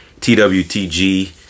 TWTG